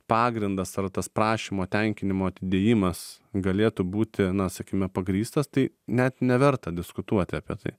pagrindas ar tas prašymo tenkinimo atidėjimas galėtų būti na sakime pagrįstas tai net neverta diskutuoti apie tai